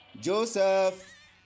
Joseph